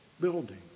building